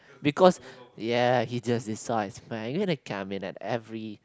because ya he just decides man you're gonna come in at every